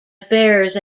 affairs